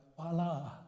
voila